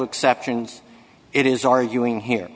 exceptions it is arguing here